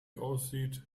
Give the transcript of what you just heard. aussieht